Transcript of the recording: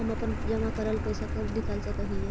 हम अपन जमा करल पैसा कब निकाल सक हिय?